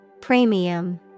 Premium